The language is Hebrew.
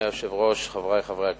אדוני היושב-ראש, חברי חברי הכנסת,